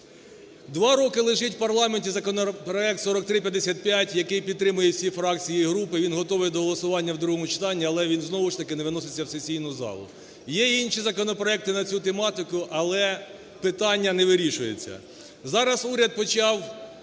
Два роки лежить у парламенті законопроект 4355, який підтримують всі фракції і групи, він готовий до голосування у другому читання, але він знову ж таки не виноситься у сесійну залу. Є інші законопроекти на цю тематику, але питання не вирішується. Зараз уряд почав